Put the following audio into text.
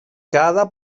cada